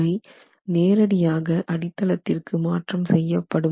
இவை நேரடியாக அடித்தளத்திற்கு மாற்றம் செய்யப்படும்